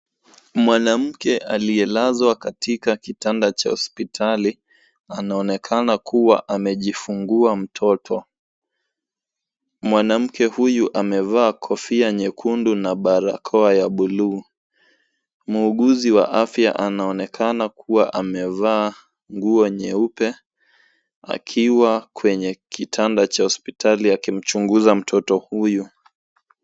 Mwanamke aliyelazwa katika kitanda cha hospitali anaonekana kuwa amejifungua mtoto. Mwanamke huyu amevaa kofia nyekundu na barakoa ya buluu. Muuguzi wa afya anaonekana kuwa amevaa nguo nyeupe akiwa kwenye kitanda cha hospitali akimchunguza mtoto huyu.